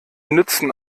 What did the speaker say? nützen